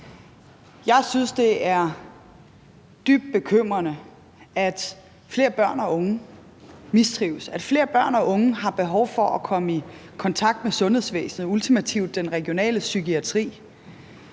Jeg synes, det er dybt bekymrende, at flere børn og unge mistrives, at flere børn og unge har behov for at komme i kontakt med sundhedsvæsenet og ultimativt den regionale psykiatri.